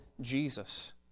Jesus